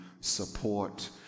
support